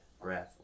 Breath